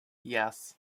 yes